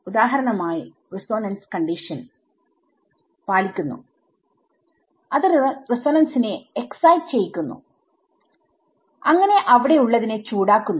ഉദാഹരണമായി resonance condition പാലിക്കുന്നു അത് റിസോനൻസിനെ എക്സൈറ്റ് ചെയ്യിക്കുന്നു അങ്ങനെ അവിടെ ഉള്ളതിനെ ചൂടാക്കുന്നു